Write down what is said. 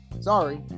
Sorry